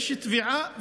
יש תביעה,